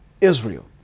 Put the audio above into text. Israel